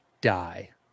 die